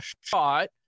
shot